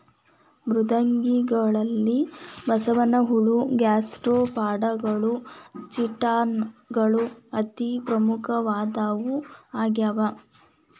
ಮೃದ್ವಂಗಿಗಳಲ್ಲಿ ಬಸವನಹುಳ ಗ್ಯಾಸ್ಟ್ರೋಪಾಡಗಳು ಚಿಟಾನ್ ಗಳು ಅತಿ ಪ್ರಮುಖವಾದವು ಆಗ್ಯಾವ